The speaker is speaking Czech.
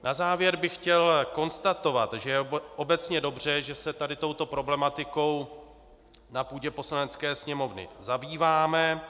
Na závěr bych chtěl konstatovat, že je obecně dobře, že se tady touto problematikou na půdě Poslanecké sněmovny zabýváme.